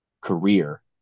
career